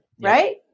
Right